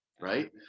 right